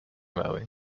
valley